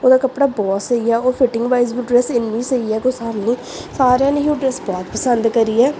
ਉਹਦਾ ਕੱਪੜਾ ਬਹੁਤ ਸਹੀ ਆ ਉਹ ਫਿਟਿੰਗ ਵਾਈਜ਼ ਵੀ ਡਰੈਸ ਇੰਨੀ ਸਹੀ ਹੈ ਕੋਈ ਹਿਸਾਬ ਨਹੀਂ ਸਾਰਿਆਂ ਨੇ ਹੀ ਉਹ ਡਰੈਸ ਬਹੁਤ ਪਸੰਦ ਕਰੀ ਹੈ